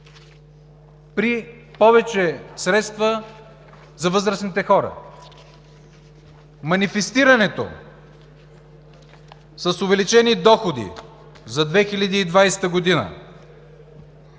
при повече средства за възрастните хора. Манифестирането с увеличени доходи за 2020 г.